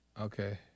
Okay